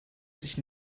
sich